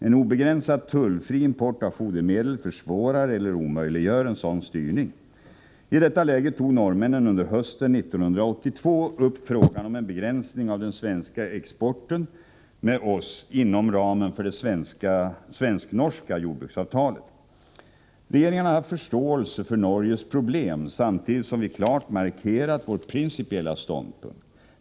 En obegränsad tullfri import av fodermedel försvårar eller omöjliggör en sådan styrning. I detta läge tog norrmännen under hösten 1982 upp frågan om en begränsning av den svenska exporten med oss inom ramen för det svensk-norska jordbruksavtalet. Regeringen har haft förståelse för Norges problem samtidigt som vi klart markerat vår principiella ståndpunkt.